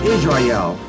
Israel